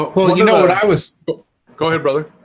well, you know what? i was but go ahead brother